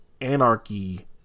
anarchy